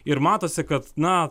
ir matosi kad na